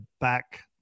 back